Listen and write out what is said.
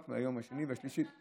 רק מהיום השני והשלישי,